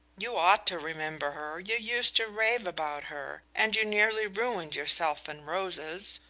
you ought to remember her. you used to rave about her, and you nearly ruined yourself in roses.